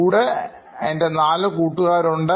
കൂടെ എൻറെ നാല് കൂട്ടുകാരുണ്ട്